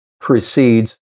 precedes